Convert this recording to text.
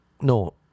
No